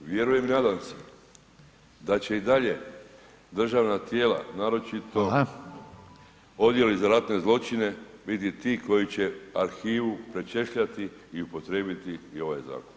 Vjerujem i nadam se da će i dalje državna tijela, naročito [[Upadica: Hvala.]] odjeli za ratne zločine biti ti koji će arhivu pročešljati i upotrijebiti i ovaj zakon.